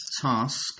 task